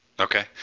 Okay